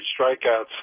strikeouts